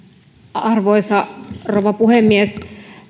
arvoisa rouva puhemies